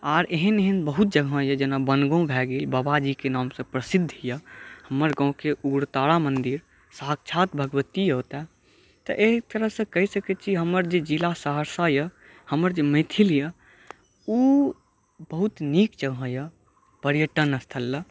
आर एहन एहन बहुत जगह अछि जेना बनगांव भए गेल बबाजीक नामसॅं प्रसिद्ध अछि हमर गामके उग्रतारा मन्दिर साक्षात भगवती अछि ओतय तऽ एहि तरहसॅं कहि सकै छी जे हमरा जे जिला सहरसा अछि हमर जे मैथिल अछि ओ बहुत नीक जगह अछि पर्यटन स्थल लए